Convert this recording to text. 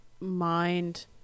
mind